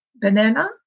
banana